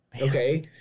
Okay